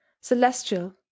celestial